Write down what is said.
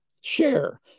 share